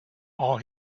all